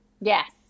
yes